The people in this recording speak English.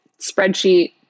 Spreadsheet